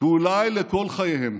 ואולי לכל חייהם.